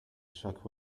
shook